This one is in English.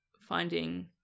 finding